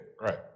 Right